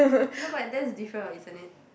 no but that is difference orh isn't it